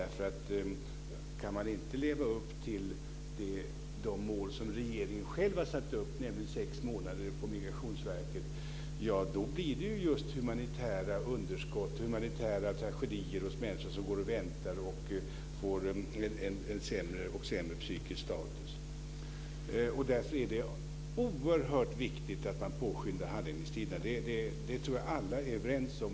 Om man inte kan leva upp till de mål som regeringen själv har satt upp, nämligen sex månader på Migrationsverket, blir det just humanitära underskott och humanitära tragedier för människor som går och väntar och får en sämre och sämre psykisk status. Därför är det oerhört viktigt att man påskyndar handläggningstiderna. Det tror jag att alla är överens om.